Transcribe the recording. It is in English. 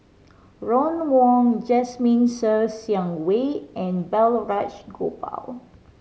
Ron Wong Jasmine Ser Xiang Wei and Balraj Gopal